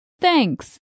Thanks